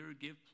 give